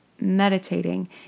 meditating